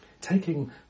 Taking